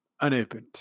unopened